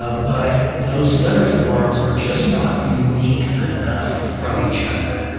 ah but those letter forms are just not unique enough from each other.